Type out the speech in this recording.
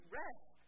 rest